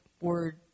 word